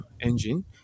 engine